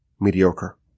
mediocre